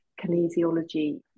kinesiology